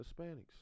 Hispanics